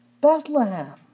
Bethlehem